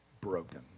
broken